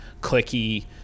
clicky